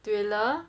thriller